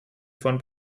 von